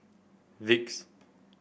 Vicks